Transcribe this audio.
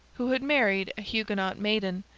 who had married a huguenot maiden,